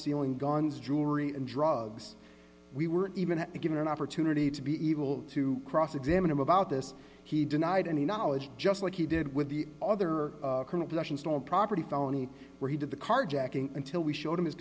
sealing guns jewelry and drugs we were even given an opportunity to be evil to cross examine him about this he denied any knowledge just like he did with the other stolen property felony where he did the carjacking until we showed him his